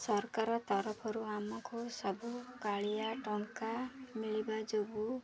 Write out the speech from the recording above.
ସରକାର ତରଫରୁ ଆମକୁ ସବୁ କାଳିଆ ଟଙ୍କା ମିଳିବା ଯୋଗୁଁ